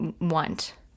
want